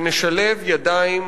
שנשלב ידיים